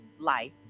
life